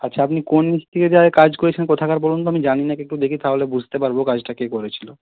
আচ্ছা আপনি কোন মিস্ত্রি দিয়ে আগে কাজ করিয়েছিলেন কোথাকার বলুন তো আমি জানি নাকি দেখি একটু তাহলে বুঝতে পারব কাজটা কে করেছিল